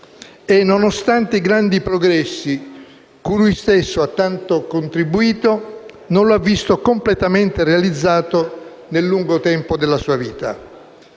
e, nonostante i grandi progressi cui lui stesso ha così tanto contribuito, non lo ha visto completamente realizzato nel lungo tempo della sua vita.